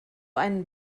einen